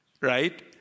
right